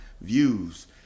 views